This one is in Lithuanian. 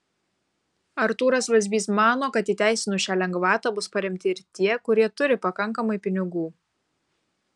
artūras vazbys mano kad įteisinus šią lengvatą bus paremti ir tie kurie turi pakankamai pinigų